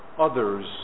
others